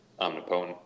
omnipotent